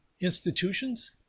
institutions